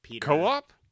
Co-op